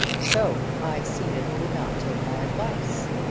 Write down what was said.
so i see that you would not take my advice,